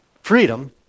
freedom